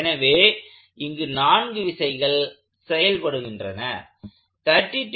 எனவே இங்கு நான்கு விசைகள் செயல்படுகைனெ்றன